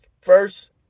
first